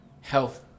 health